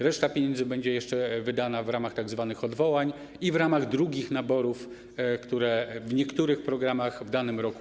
Reszta pieniędzy będzie jeszcze wydana w ramach tzw. odwołań i w ramach drugich naborów, które są w niektórych programach w danym roku.